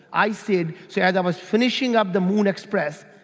i said, so as i was finishing up the moon express,